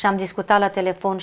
some disk without telephone